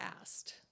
asked